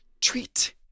Treat